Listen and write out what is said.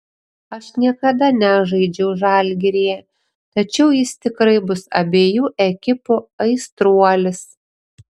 aš niekada nežaidžiau žalgiryje tačiau jis tikrai bus abejų ekipų aistruolis